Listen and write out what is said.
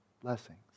blessings